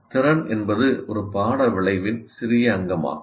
திறன் என்பது ஒரு பாட விளைவின் சிறிய அங்கமாகும்